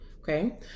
okay